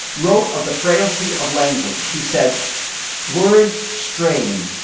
wrote of the frailty of language. he said words strain,